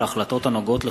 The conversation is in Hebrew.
כי הונחה אתמול,